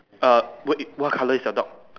err what you what color is your dog